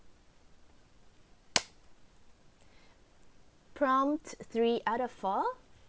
prompt three out of four